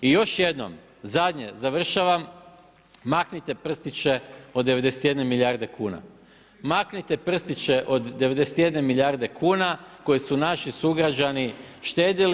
I još jednom, zadnje, završavam, maknite prstiće od 91 milijarde kuna, maknite prstiće od 91 milijarde kuna koje su naši sugrađani štedili.